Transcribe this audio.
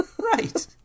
Right